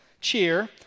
cheer